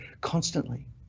constantly